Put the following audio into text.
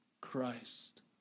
Christ